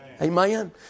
Amen